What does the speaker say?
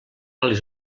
les